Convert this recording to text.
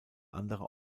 andere